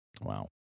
Wow